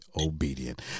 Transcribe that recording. obedient